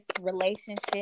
relationship